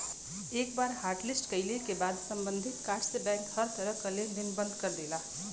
एक बार हॉटलिस्ट कइले क बाद सम्बंधित कार्ड से बैंक हर तरह क लेन देन बंद कर देला